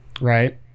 right